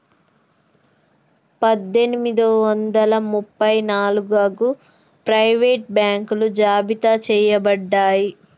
పందొమ్మిది వందల ముప్ప నాలుగగు ప్రైవేట్ బాంకులు జాబితా చెయ్యబడ్డాయి